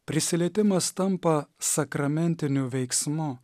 prisilietimas tampa sakramentiniu veiksmu